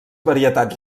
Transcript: varietats